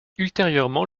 ultérieurement